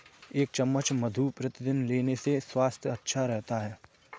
एक चम्मच मधु प्रतिदिन लेने से स्वास्थ्य अच्छा रहता है